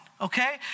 okay